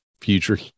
future